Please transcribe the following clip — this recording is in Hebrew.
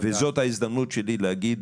וזאת ההזדמנות שלי להגיד,